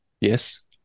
Yes